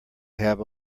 have